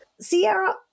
Sierra